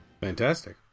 Fantastic